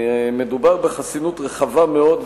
מדובר בחסינות רחבה מאוד,